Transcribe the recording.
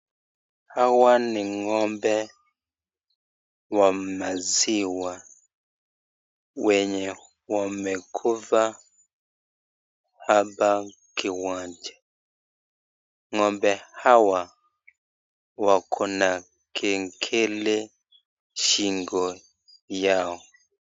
Hawa ni ngo'mbe wa maziwa wenye wamekufa hapa kiwanja , ngo'mbe hawa wako na kengele shingo yao.